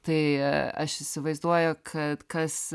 tai aš įsivaizduoju kad kas